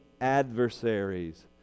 adversaries